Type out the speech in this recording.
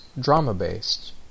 drama-based